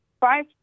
five